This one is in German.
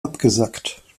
abgesackt